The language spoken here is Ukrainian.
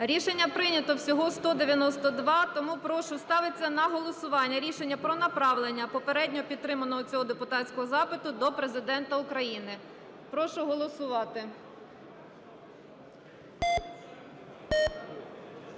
Рішення прийнято. Всього 192. Тому прошу, ставиться на голосування рішення про направлення попередньо підтриманого цього депутатського запиту до Президента України. Прошу голосувати.